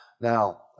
Now